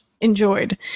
enjoyed